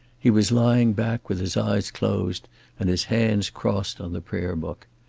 he was lying back with his eyes closed and his hands crossed on the prayer-book.